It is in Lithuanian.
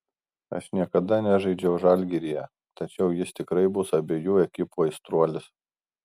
aš niekada nežaidžiau žalgiryje tačiau jis tikrai bus abejų ekipų aistruolis